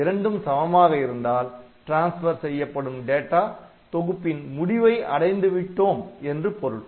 இரண்டும் சமமாக இருந்தால் ட்ரான்ஸ்பர் செய்யப்படும் டேட்டா தொகுப்பின் முடிவை அடைந்து விட்டோம் என்று பொருள்